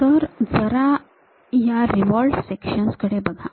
आता जरा या रिव्हॉल्व्हड सेक्शन्स कडे बघा